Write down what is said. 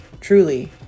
Truly